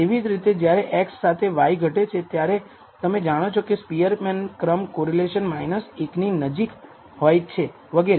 તેવી જ રીતે જ્યારે x સાથે y ઘટે છે ત્યારે તમે જાણો છો કે સ્પીઅરમેન ક્રમ કોરિલેશન 1 ની નજીક હોય છે વગેરે